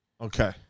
Okay